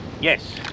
Yes